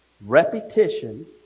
repetition